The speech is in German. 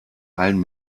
allen